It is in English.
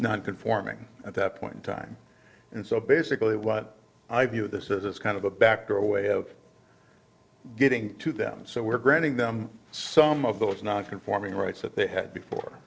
non conforming at that point in time and so basically what i view this is it's kind of a backdoor way of getting to them so we're granting them some of those non conforming rights that they had